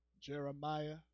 Jeremiah